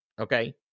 okay